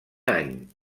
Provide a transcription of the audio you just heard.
any